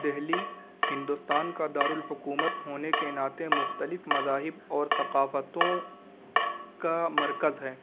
دہلی ہندوستان کا دار الحکومت ہونے کے ناتے مختلف مذاہب اور ثقافتوں کا مرکز ہے